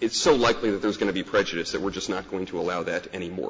it's so likely that there's going to be prejudice that we're just not going to allow that anymore